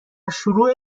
شروع